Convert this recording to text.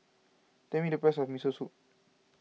tell me the price of Miso Soup